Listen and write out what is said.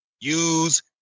use